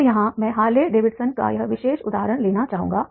अब यहाँ मैं हार्ले डेविडसन का यह विशेष उदाहरण लेना चाहूंगा